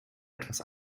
etwas